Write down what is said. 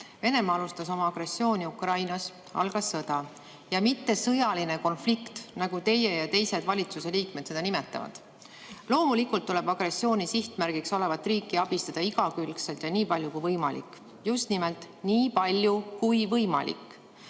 Venemaa alustas oma agressiooni Ukrainas, algas sõda, mitte sõjaline konflikt, nagu teie ja teised valitsuse liikmed seda nimetavad. Loomulikult tuleb agressiooni sihtmärgiks olevat riiki abistada igakülgselt ja nii palju kui võimalik. Just nimelt nii palju kui võimalik.